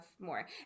more